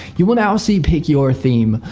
you will now see pick your theme.